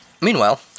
Meanwhile